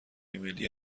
امیلی